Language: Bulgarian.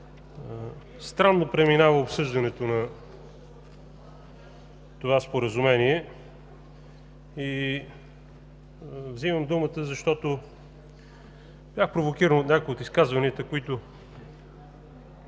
Странно преминава обсъждането на това споразумение. Взимам думата, защото бях провокиран от някои от изказванията, които